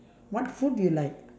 what food do you like